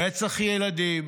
רצח ילדים.